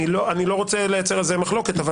אני לא רוצה לייצר על זה מחלוקת אבל